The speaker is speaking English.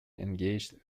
engaged